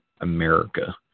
america